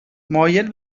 مایل